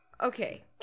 okay